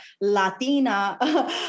Latina